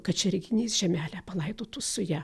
kačerginės žemelę palaidotų su ja